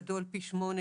גדול פי שמונה,